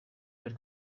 per